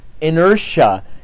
inertia